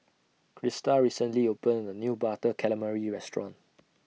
Crysta recently opened A New Butter Calamari Restaurant